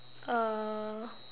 uh